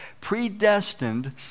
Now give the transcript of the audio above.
predestined